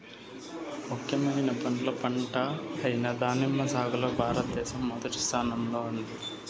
ముఖ్యమైన పండ్ల పంట అయిన దానిమ్మ సాగులో భారతదేశం మొదటి స్థానంలో ఉంది